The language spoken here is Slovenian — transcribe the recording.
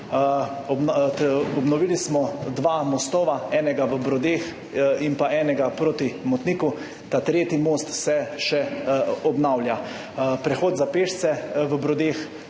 Obnovili smo dva mostova, enega v Brodeh in enega proti Motniku, tretji most se še obnavlja, prehod za pešce v Brodeh,